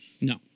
No